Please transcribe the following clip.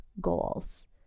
goals